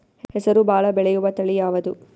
ಹೆಸರು ಭಾಳ ಬೆಳೆಯುವತಳಿ ಯಾವದು?